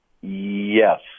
Yes